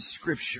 Scripture